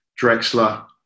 Drexler